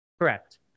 Correct